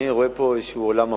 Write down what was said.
אני רואה פה איזה עולם הפוך.